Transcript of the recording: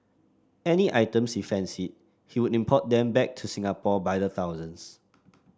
any items he fancied he would import them back to Singapore by the thousands